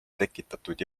tekitatud